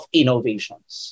innovations